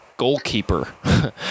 goalkeeper